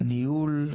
ניהול,